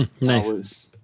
Nice